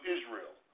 Israel